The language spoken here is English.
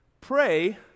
Pray